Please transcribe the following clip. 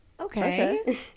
Okay